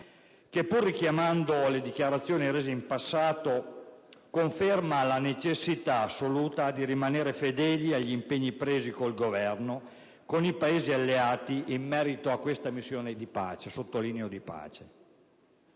che, pur richiamando le dichiarazioni rese in passato, conferma la necessità assoluta di rimanere fedeli agli impegni presi con il Governo e con i Paesi alleati in merito a questa che, lo sottolineo, è